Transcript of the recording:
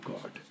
God